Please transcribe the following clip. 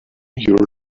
your